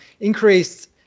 increased